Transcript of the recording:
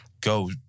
go